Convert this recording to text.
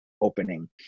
opening